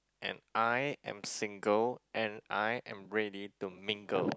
and I am single and I am ready to mingle